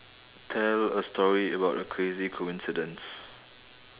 tell a story about a crazy coincidence